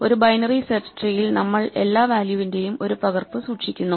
ഒരു binary search ട്രീയിൽ നമ്മൾ എല്ലാ വാല്യൂവിന്റെയും ഒരു പകർപ്പ് സൂക്ഷിക്കുന്നു